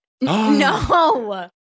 No